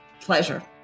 Pleasure